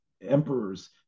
emperors